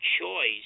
choice